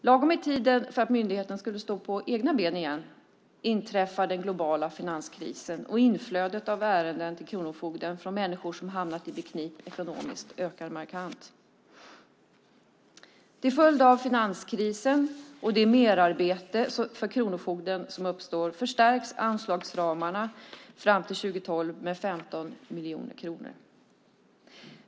Lagom vid tiden för att myndigheten skulle stå på egna ben igen inträffade den globala finanskrisen, och inflödet av ärenden till kronofogden från människor som hamnat i beknip ekonomiskt ökar markant. Till följd av finanskrisen och det merarbete som uppstår för kronofogden förstärks anslagsramarna fram till 2012 med 15 miljoner kronor.